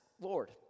Lord